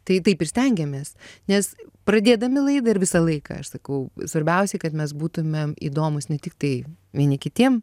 tai taip ir stengiamės nes pradėdami laidą ir visą laiką aš sakau svarbiausiai kad mes būtumėm įdomūs ne tiktai vieni kitiem